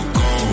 go